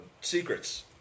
Secrets